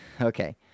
Okay